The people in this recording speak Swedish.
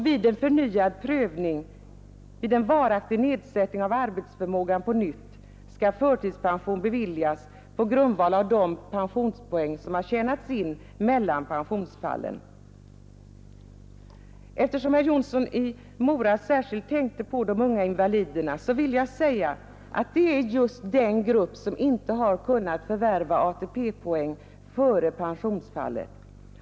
Vid en förnyad prövning, om arbetsförmågan på nytt varaktigt nedsätts, skall förtidspension beviljas på grundval av de pensionspoäng som tjänats in mellan pensionsfallen. Eftersom herr Jonsson i Mora särskilt tänkte på de unga invaliderna vill jag säga att det är just den gruppen som inte har kunnat förvärva ATP-poäng före pensionsfallet.